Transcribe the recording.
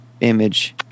image